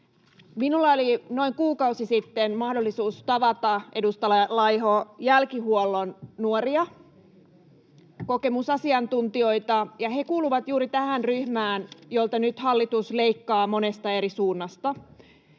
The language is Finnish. Minulla oli noin kuukausi sitten mahdollisuus tavata, edustaja Laiho, jälkihuollon nuoria ja kokemusasiantuntijoita. He kuuluivat juuri tähän ryhmään, jolta nyt hallitus leikkaa monesta eri suunnasta.